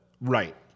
Right